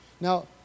Now